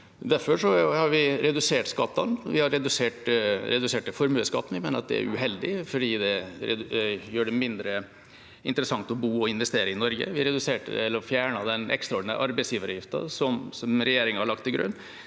Derfor har vi redusert skattene. Vi har redusert formuesskatten. Vi mener at den er uheldig fordi den gjør det mindre interessant å bo og investere i Norge. Vi har fjernet den ekstraordinære arbeidsgiveravgiften som regjeringa har lagt til grunn.